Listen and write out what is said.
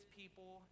people